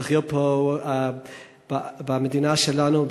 כדי שנחיה פה במדינה שלנו,